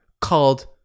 called